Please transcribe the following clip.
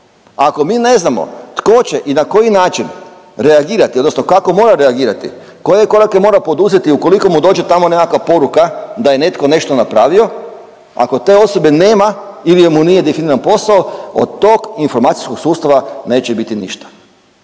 Ako mi ne znamo tko će i na koji način reagirati, odnosno kako mora reagirati, koje korake mora poduzeti ukoliko mu dođe tamo nekakva poruka da je netko nešto napravio, ako te osobe nema ili mu nije definiran posao od tog informacijskog sustava neće biti ništa.